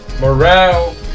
morale